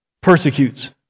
persecutes